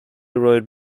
road